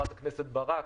קרן ברק,